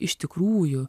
iš tikrųjų